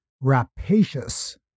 rapacious